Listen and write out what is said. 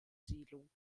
siedlung